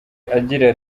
agira